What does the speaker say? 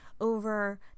over